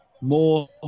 More